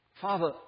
Father